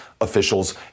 officials